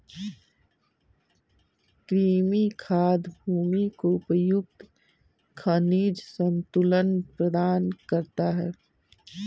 कृमि खाद भूमि को उपयुक्त खनिज संतुलन प्रदान करता है